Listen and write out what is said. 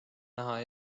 näha